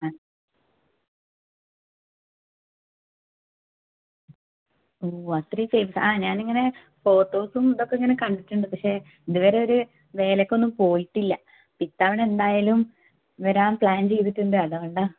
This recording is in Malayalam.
ആ ഓ അത്രയും ഫേയ്മസാ ആ ഞാനിങ്ങനെ ഫോട്ടോസും ഇതൊക്കെ ഇങ്ങനെ കണ്ടിട്ടുണ്ട് പക്ഷേ ഇതുവരെ ഒരു വേലക്കൊന്നും പോയിട്ടില്ല ഇത്തവണ എന്തായാലും വരാൻ പ്ലാൻ ചെയ്തിട്ടുണ്ട് അതുകൊണ്ടാ